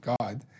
God